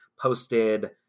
posted